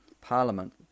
parliament